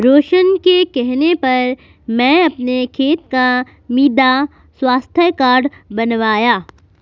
रोशन के कहने पर मैं अपने खेत का मृदा स्वास्थ्य कार्ड बनवाया